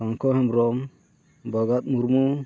ᱥᱚᱝᱠᱚ ᱦᱮᱢᱵᱨᱚᱢ ᱵᱟᱜᱟᱫ ᱢᱩᱨᱢᱩ